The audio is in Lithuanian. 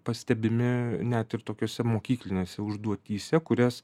pastebimi net ir tokiose mokyklinėse užduotyse kurias